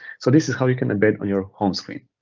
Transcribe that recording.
so this is how you can embed on your home screen.